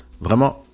Vraiment